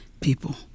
people